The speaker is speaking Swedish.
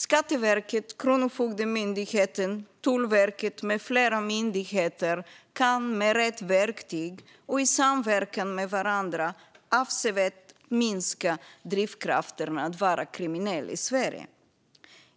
Skatteverket, Kronofogdemyndigheten, Tullverket med flera myndigheter kan med rätt verktyg och i samverkan med varandra avsevärt minska drivkrafterna att vara kriminell i Sverige.